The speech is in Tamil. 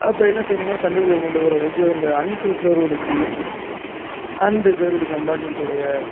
அப்போ என்ன செய்யணும்னா சென்ட்ரல் கவர்மெண்ட்டு ஓரளவுக்கு இந்த அன் ரிசர்வ்டு கம்பா அன் ரிசர்வ்டு கம்பார்ட்மெண்ட்டுடைய